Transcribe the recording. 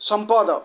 ସମ୍ପଦ